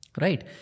right